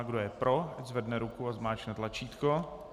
Kdo je pro, ať zvedne ruku a zmáčkne tlačítko.